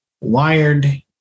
wired